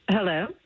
Hello